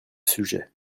sujet